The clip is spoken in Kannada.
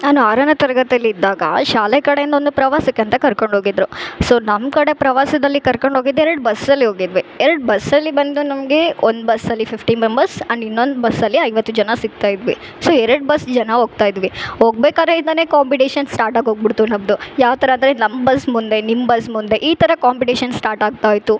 ನಾನು ಆರನೇ ತರಗತಿಯಲ್ಲಿದ್ದಾಗ ಶಾಲೆ ಕಡೆಯಿಂದ ಒಂದು ಪ್ರವಾಸಕ್ಕೆ ಅಂತ ಕರ್ಕೊಂಡು ಹೋಗಿದ್ರು ಸೊ ನಮ್ಮ ಕಡೆ ಪ್ರವಾಸದಲ್ಲಿ ಕರ್ಕೊಂಡು ಹೋಗಿದ್ದು ಎರಡು ಬಸ್ಸಲ್ಲಿ ಹೋಗಿದ್ವಿ ಎರಡು ಬಸ್ಸಲ್ಲಿ ಬಂದು ನಮಗೆ ಒಂದು ಬಸ್ಸಲ್ಲಿ ಫಿಫ್ಟಿ ಮೆಮ್ಬರ್ಸ್ ಆ್ಯಂಡ್ ಇನ್ನೊಂದು ಬಸ್ಸಲ್ಲಿ ಐವತ್ತು ಜನ ಸಿಕ್ತಾ ಇದ್ವಿ ಸೊ ಎರಡು ಬಸ್ ಜನ ಹೋಗ್ತಾ ಇದ್ವಿ ಹೋಗಬೇಕಾರಿಂದಾನೆ ಕಾಂಪಿಟೀಷನ್ ಸ್ಟಾರ್ಟಾಗಿ ಹೋಗ್ಬಿಡ್ತು ನಮ್ಮದು ಯಾವ ಥರ ಅಂದರೆ ನಮ್ಮ ಬಸ್ ಮುಂದೆ ನಿಮ್ಮ ಬಸ್ ಮುಂದೆ ಈ ಥರ ಕಾಂಪಿಟೀಷನ್ ಸ್ಟಾರ್ಟ್ ಆಗ್ತಾ ಹೋಯಿತು